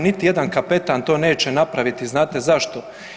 Niti jedan kapetan to neće napraviti znate zašto?